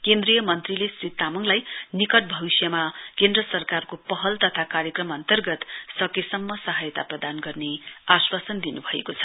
केनद्रीय मन्त्रीले श्री तामङलाई निकट भविष्यमा केन्द्र सरकारको पहल तथा कार्यक्रम अन्तर्गत सकेसम्म सहायता प्रदान गर्ने आश्वासन दिनुभएको छ